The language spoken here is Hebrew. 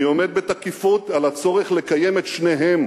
אני עומד בתקיפות על הצורך לקיים את שניהם,